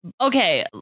Okay